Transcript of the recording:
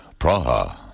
Praha